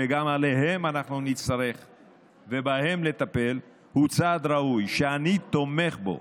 שגם בהם נצטרך לטפל, היא צעד ראוי שאני תומך בו.